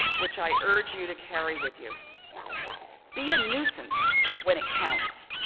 which i urge you to carry with you be a nuisance when it counts.